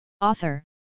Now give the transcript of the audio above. Author